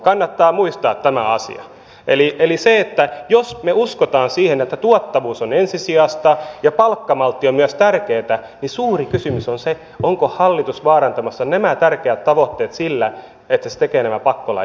kannattaa muistaa tämä asia eli se että jos me uskomme siihen että tuottavuus on ensisijaista ja palkkamaltti on myös tärkeätä niin suuri kysymys on se onko hallitus vaarantamassa nämä tärkeät tavoitteet sillä että se tekee nämä pakkolait